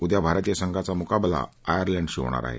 उद्या भारतीय संघाचा मुकाबला आयर्लंडशी होईल